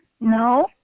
No